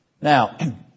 Now